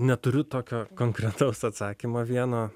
neturiu tokio konkretaus atsakymo vieno